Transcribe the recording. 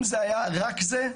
אם זה היה רק זה,